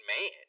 man